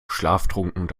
schlaftrunken